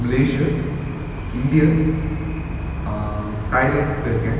malaysia india um thailand போயிருக்கேன்:poiruken